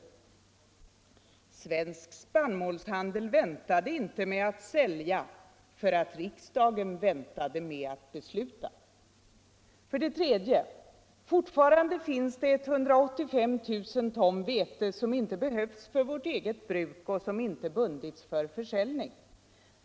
Svensk Spann målshandel väntade inte med att sälja för att riksdagen väntade med att besluta. 3. Fortfarande finns 185 000 ton vete som inte behövs för vårt eget bruk och som inte bundits för försäljning.